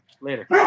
Later